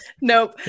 Nope